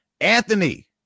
Anthony